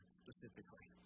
specifically